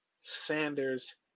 sanders